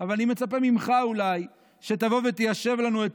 אבל אני מצפה ממך אולי שתבוא ותיישב לנו את